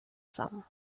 some